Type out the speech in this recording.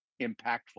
impactful